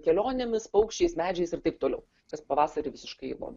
kelionėmis paukščiais medžiais ir taip toliau kas pavasarį visiškai logiška